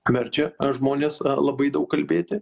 verčia žmones labai daug kalbėti